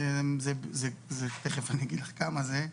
אגיד כמה זה.